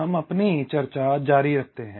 हम अपनी चर्चा जारी रखते हैं